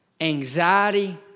Anxiety